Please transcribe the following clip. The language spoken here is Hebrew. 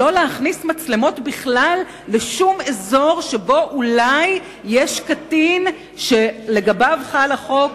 לא להכניס מצלמות כלל לשום אזור שבו אולי יש קטין שלגביו החוק חל?